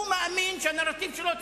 הוא מאמין שהנרטיב שלו צודק.